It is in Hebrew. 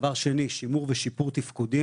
דבר שני, שימור ושיפור תפקודים.